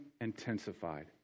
intensified